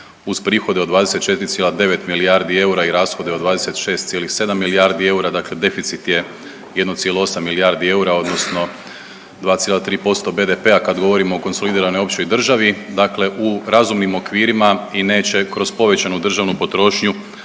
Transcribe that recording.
uz prihode od 24,9 milijardi eura i rashode od 26,7 milijardi eura dakle deficit je 1,8 milijardi eura odnosno 2,3% BDP-a kad govorimo o konsolidiranoj općoj državi, dakle u razumnim okvirima i neće kroz povećanu državnu potrošnju